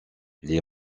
les